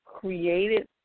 created